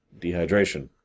dehydration